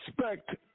respect